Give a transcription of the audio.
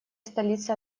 столица